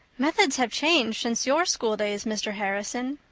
methods have changed since your schooldays, mr. harrison.